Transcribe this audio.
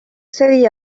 segi